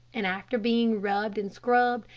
and after being rubbed and scrubbed,